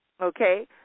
Okay